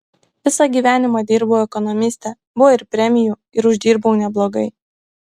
visą gyvenimą dirbau ekonomiste buvo ir premijų ir uždirbau neblogai